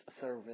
service